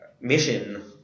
mission